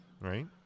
right